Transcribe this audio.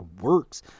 works